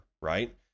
right